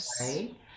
right